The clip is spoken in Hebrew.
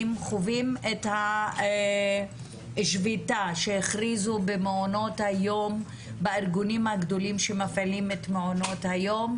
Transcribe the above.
חווים את השביתה שהכריזו בארגונים הגדולים שמפעילים את מעונות היום,